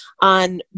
on